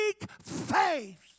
faith